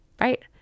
right